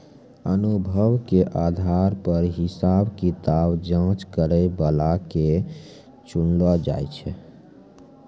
अनुभव के आधार पर हिसाब किताब जांच करै बला के चुनलो जाय छै